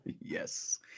Yes